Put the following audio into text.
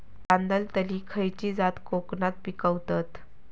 तांदलतली खयची जात कोकणात पिकवतत?